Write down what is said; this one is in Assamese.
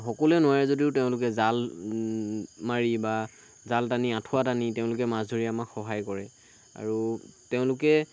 সকলোৱে নোৱাৰে যদিও তেওঁলোকে জাল মাৰি বা জাল টানি আঁঠুৱা টানি তেওঁলোকে মাছ ধৰি আমাক সহায় কৰে আৰু তেওঁলোকে